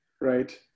right